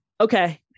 okay